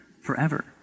forever